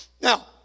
Now